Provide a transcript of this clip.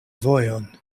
vojon